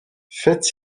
fête